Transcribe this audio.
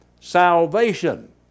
Salvation